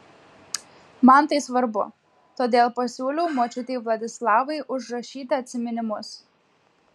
man tai svarbu todėl pasiūliau močiutei vladislavai užrašyti atsiminimus